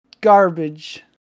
garbage